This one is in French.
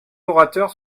orateurs